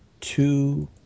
two